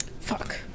Fuck